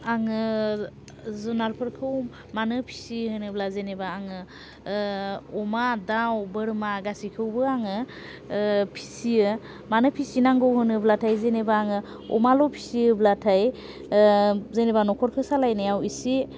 आङो जुनारफोरखौ मानो फिसियो होनोब्ला जेनेबा आङो अमा दाव बोरमा गासैखौबो आङो फिसियो मानो फिसिनांगौ होनोब्लाथाय जेनेबा आङो अमाल' फिसियोब्लाथाय जेनेबा न'खरफोर सालायनायाव एसे